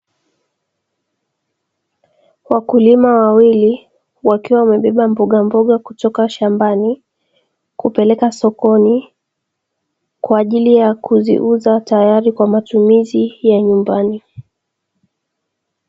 Wakulima wawili, wakiwa wamebeba mbogamboga kutoka shambani kupeleka sokoni kwa ajili ya kuziuza, tayari kwa matumizi ya nyumbani.